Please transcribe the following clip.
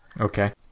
Okay